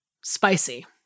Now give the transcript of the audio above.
spicy